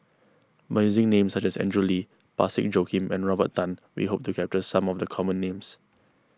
by using names such as Andrew Lee Parsick Joaquim and Robert Tan we hope to capture some of the common names